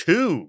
Two